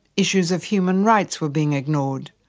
issues of human rights were being ignored,